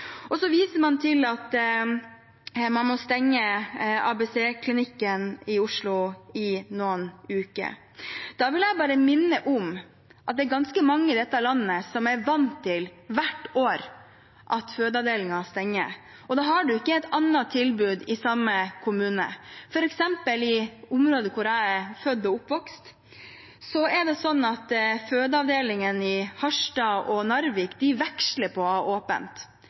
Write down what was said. Så viser man til at man må stenge ABC-klinikken i Oslo i noen uker. Da vil jeg bare minne om at det er ganske mange i dette landet som hvert år er vant til at fødeavdelingen stenger, og da har de ikke et annet tilbud i samme kommune. For eksempel i området der jeg er født og oppvokst, er det sånn at fødeavdelingen i Harstad og Narvik veksler på å ha åpent.